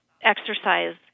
exercise